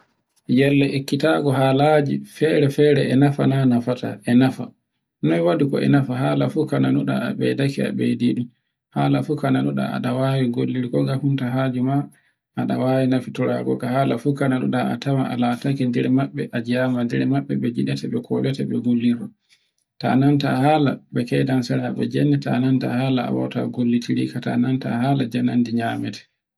Yelle ekkitago halaji fere-fere e nafa na nofata e nafa noy waɗi e nafa hala fu ko nanuɗa e ɓeydaake a ɓeydiɗun. Hala fu ka nunaɗa a tawan a lataake nde maɓɓe, a njiaam nde maɓɓe, ɓe njiɗebe ko koɗete ɓe gollirte. Ta nanta hala be keydansira be jannata ananta hala awawta golliterika ta nanta janande nyamete.